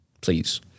please